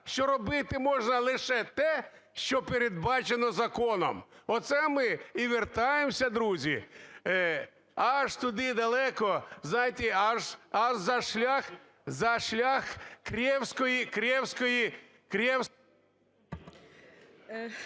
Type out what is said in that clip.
що робити можна лише те, що передбачено законом. Оце ми і вертаємося, друзі, аж туди далеко, знаєте, аж за шлях,